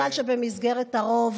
חבל שבמסגרת הרוב